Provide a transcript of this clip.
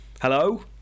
Hello